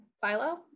philo